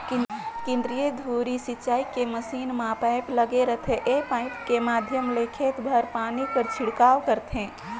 केंद्रीय धुरी सिंचई के मसीन म पाइप लगे रहिथे ए पाइप के माध्यम ले खेत भर पानी कर छिड़काव करथे